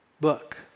book